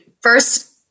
first